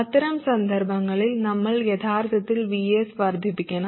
അത്തരം സന്ദർഭങ്ങളിൽ നമ്മൾ യഥാർത്ഥത്തിൽ Vs വർദ്ധിപ്പിക്കണം